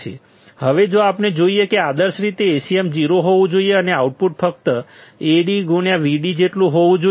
હવે જો આપણે જોઈએ કે આદર્શ રીતે Acm 0 હોવું જોઈએ અને આઉટપુટ ફક્ત AdVd જેટલું હોવું જોઈએ